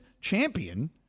champion